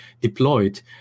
deployed